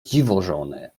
dziwożony